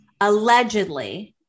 allegedly